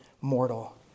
mortal